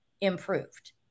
improved